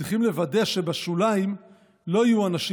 צריכים לוודא שבשוליים לא יהיו אנשים